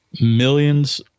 millions